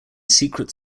secret